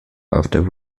after